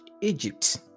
Egypt